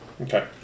Okay